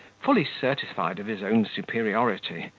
fully certified of his own superiority,